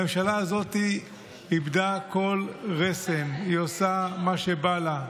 הממשלה הזאת איבדה כל רסן, היא עושה מה שבא לה,